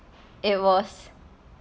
it was